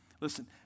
Listen